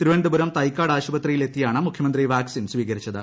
തിരുവനന്തപുരം തൈക്കാട് ആശുപത്രിയിലെത്തിയാണ് മുഖ്യമന്ത്രി വാക്സിൻ സ്വീകരിച്ചത്